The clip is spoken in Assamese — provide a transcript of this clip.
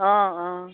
অঁ অঁ